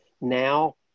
Now